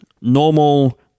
normal